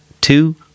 two